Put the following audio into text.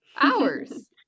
hours